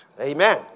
Amen